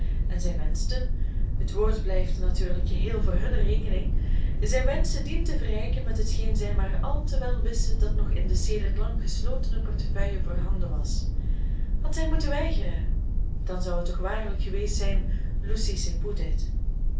en zij wenschten het woord blijft natuurlijk geheel voor hunne rekening zij wenschten dien te verrijken met hetgeen zij maar al te wel wisten dat nog in de sedert lang geslotene portefeuille voorhanden was had hij moeten weigeren dan zou het toch waarlijk geweest zijn